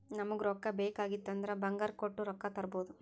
ನಮುಗ್ ರೊಕ್ಕಾ ಬೇಕ್ ಆಗಿತ್ತು ಅಂದುರ್ ಬಂಗಾರ್ ಕೊಟ್ಟು ರೊಕ್ಕಾ ತರ್ಬೋದ್